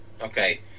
Okay